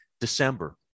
December